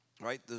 right